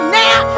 now